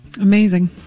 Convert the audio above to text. Amazing